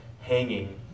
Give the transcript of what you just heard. hanging